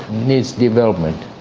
needs development.